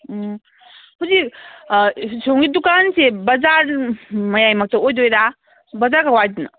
ꯎꯝ ꯍꯧꯖꯤꯛ ꯁꯣꯝꯒꯤ ꯗꯨꯀꯥꯟꯁꯦ ꯕꯖꯥꯔ ꯃꯌꯥꯏ ꯃꯛꯇ ꯑꯣꯏꯗꯣꯏꯔꯥ ꯕꯖꯥꯔ ꯀꯥꯏ ꯋꯥꯏꯗꯅꯣ